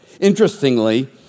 Interestingly